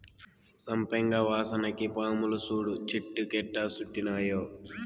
సంపెంగ వాసనకి పాములు సూడు చెట్టు కెట్టా సుట్టినాయో